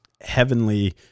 heavenly